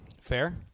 Fair